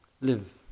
live